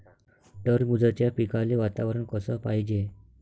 टरबूजाच्या पिकाले वातावरन कस पायजे?